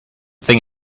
thing